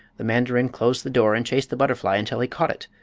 the mandarin closed the door and chased the butterfly until he caught it,